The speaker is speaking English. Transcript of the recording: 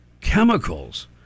chemicals